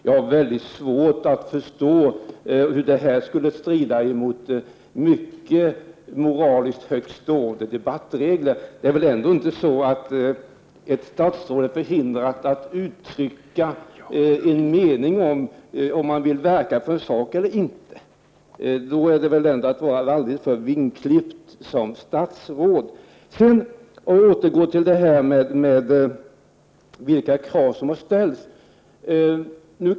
Jag har svårt att förstå hur det skulle kunna strida mot moraliskt mycket högtstående debattregler. Ett statsråd är väl inte förhindrad att uttrycka en mening om huruvida statsrådet är beredd att verka för en sak eller inte. I så fall skulle man väl vara vingklippt som statsråd. Jag återgår till vilka krav som ställts.